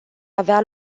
avea